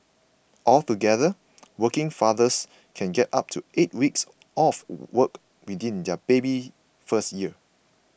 altogether working fathers can get up to eight weeks off work within their baby's first year